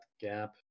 gap